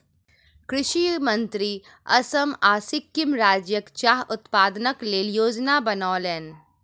कृषि मंत्री असम आ सिक्किम राज्यक चाह उत्पादनक लेल योजना बनौलैन